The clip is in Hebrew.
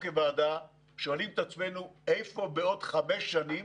כוועדה שואלים את עצמנו: איפה בעוד חמש שנים